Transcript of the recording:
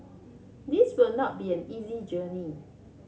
this will not be an easy journey